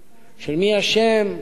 כיצד הגענו עד הלום